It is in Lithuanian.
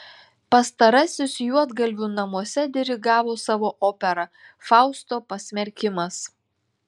pastarasis juodgalvių namuose dirigavo savo operą fausto pasmerkimas